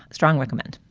strong recommend.